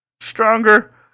Stronger